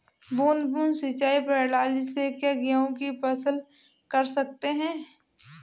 बूंद बूंद सिंचाई प्रणाली से क्या गेहूँ की फसल कर सकते हैं?